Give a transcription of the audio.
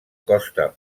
costa